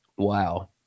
wow